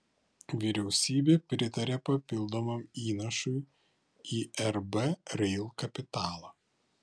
vyriausybė pritarė papildomam įnašui į rb rail kapitalą